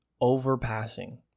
Overpassing